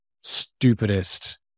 stupidest